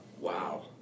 Wow